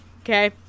okay